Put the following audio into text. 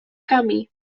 camí